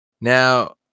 Now